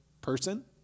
person